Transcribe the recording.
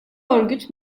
örgüt